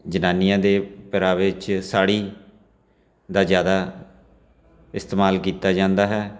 ਜਨਾਨੀਆਂ ਦੇ ਪਹਿਰਾਵੇ 'ਚ ਸਾੜੀ ਦਾ ਜ਼ਿਆਦਾ ਇਸਤੇਮਾਲ ਕੀਤਾ ਜਾਂਦਾ ਹੈ